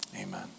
Amen